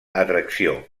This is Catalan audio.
atracció